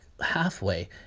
halfway